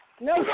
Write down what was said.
No